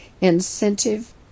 incentive